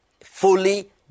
fully